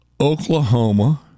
Oklahoma